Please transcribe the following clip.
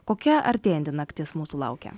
kokia artėjanti naktis mūsų laukia